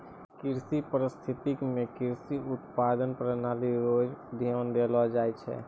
कृषि परिस्थितिकी मे कृषि उत्पादन प्रणाली रो अध्ययन करलो जाय छै